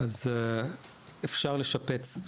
אז אפשר לשפץ,